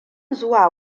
zuwa